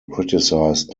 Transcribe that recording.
criticized